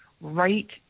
right